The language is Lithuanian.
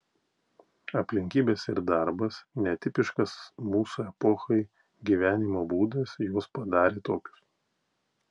aplinkybės ir darbas netipiškas mūsų epochai gyvenimo būdas juos padarė tokius